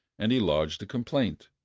and he lodged a complaint.